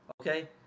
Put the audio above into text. Okay